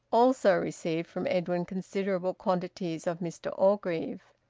also received from edwin considerable quantities of mr orgreave.